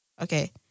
Okay